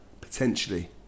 potentially